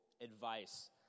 advice